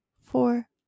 four